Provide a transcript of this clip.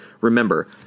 Remember